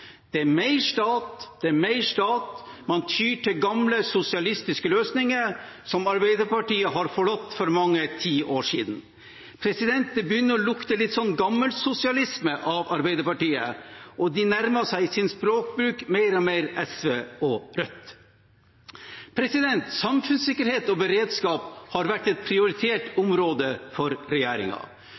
Det er mer stat, man tyr til gamle sosialistiske løsninger som Arbeiderpartiet hadde forlatt for mange tiår siden. Det begynner å lukte litt gammelsosialisme av Arbeiderpartiet, og de nærmer seg i sin språkbruk mer og mer SV og Rødt. Samfunnssikkerhet og beredskap har vært et prioritert område for